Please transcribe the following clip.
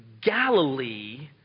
Galilee